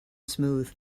smooth